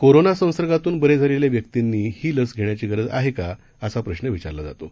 कोरोनासंसर्गातून बरे झालेल्या व्यक्तींनी ही लस घेण्याची गरज आहे का असा प्रश्न विचारला जातो